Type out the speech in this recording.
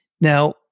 Now